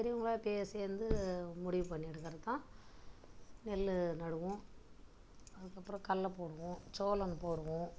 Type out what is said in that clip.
பெரியவங்களாக பேசி வந்து முடிவு பண்ணிட்டுகிறத்தான் நெல் நடுவோம் அதுக்கப்புறம் கடல்ல போடுவோம் சோளம் போடுவோம்